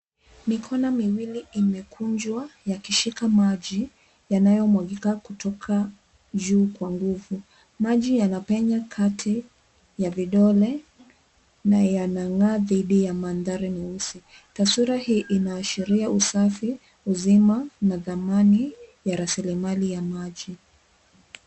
Mikono miwili imekunjwa, yakishika maji yanayomwagika kutoka juu kwa nguvu. Maji yanapenya kati ya vidole na yanang'aa dhidi ya mandhari nyeusi. Taswira hii inaashiria usafi, uzima na dhamani ya rasilimali ya maji.